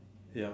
ya